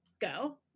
go